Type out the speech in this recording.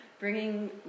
Bringing